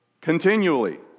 continually